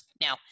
Now